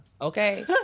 okay